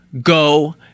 go